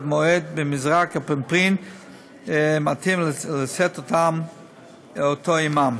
מועד במזרק אפינפרין מתאים ולשאת אותו עמם.